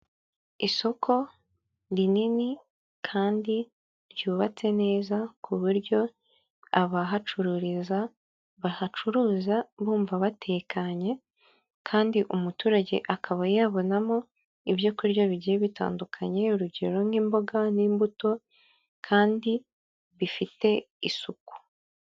Isoko rinini kandi ryubatse neza ku buryo abahacururiza bahacuruza bumva batekanye, kandi umuturage akaba yabonamo ibyokurya bigiye bitandukanye, urugero nk'imboga n'imbuto, kandi bifite isuku.